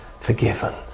forgiven